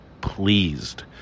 pleased